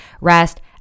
rest